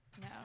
no